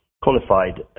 qualified